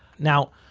now,